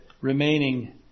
remaining